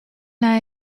nei